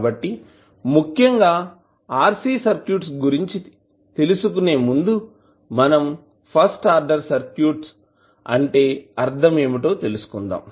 కాబట్టి ముఖ్యంగా RC circuits గురించి తెలుసుకొనే ముందు మనం ఫస్ట్ ఆర్డర్ సర్క్యూట్ అంటే అర్థం ఏమిటో తెలుసుకుందాం